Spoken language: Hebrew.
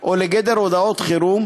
או לגדר הודעות חירום,